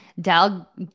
Dal